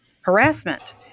harassment